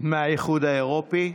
מהאיחוד האירופי,